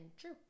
true